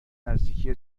نزدیکی